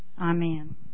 Amen